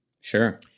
sure